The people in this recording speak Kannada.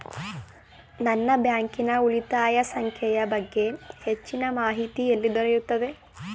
ನನ್ನ ಬ್ಯಾಂಕಿನ ಉಳಿತಾಯ ಸಂಖ್ಯೆಯ ಬಗ್ಗೆ ಹೆಚ್ಚಿನ ಮಾಹಿತಿ ಎಲ್ಲಿ ದೊರೆಯುತ್ತದೆ?